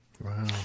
Wow